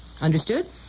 Understood